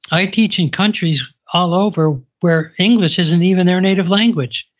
i teach in countries all over, where english isn't even their native language.